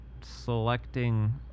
selecting